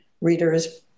reader's